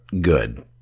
good